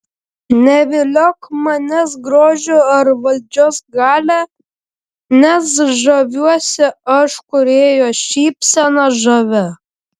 neviliok manęs grožiu ar valdžios galia nes žaviuosi aš kūrėjo šypsena žavia